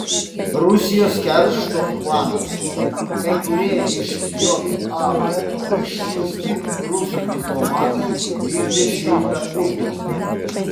rusijos keršto planas kai kurie iš jav išsiųsti rusų diplomatai vykdė šiurpią užduotį